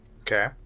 Okay